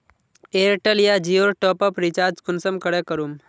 Airtel या जियोर top आप रिचार्ज कुंसम करे करूम?